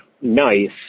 nice